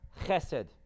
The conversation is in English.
chesed